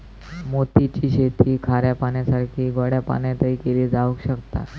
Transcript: मोती ची शेती खाऱ्या पाण्यासारखीच गोड्या पाण्यातय केली जावक शकता